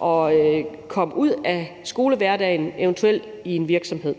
kan komme ud af skolehverdagen og eventuelt ind i en virksomhed.